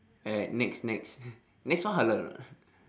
at nex nex nex one halal [what]